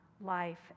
life